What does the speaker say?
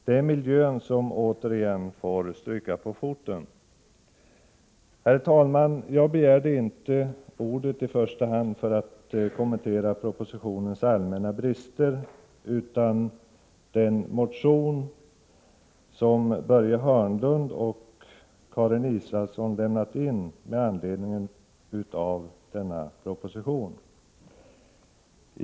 Det är miljön som återigen får stryka på foten. Herr talman! Jag begärde inte ordet i första hand för att kommentera propositionens allmänna brister utan för att kommentera den motion som Börje Hörnlund och Karin Israelsson väckt med anledning av denna proposition.